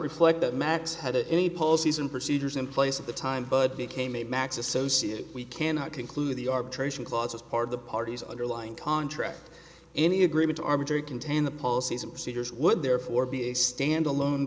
reflect that max had any policies and procedures in place at the time but became a max associated we cannot conclude the arbitration clause as part of the party's underlying contract any agreement arbitrary contain the policies and procedures would therefore be a standalone